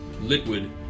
liquid